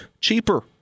cheaper